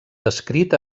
descrit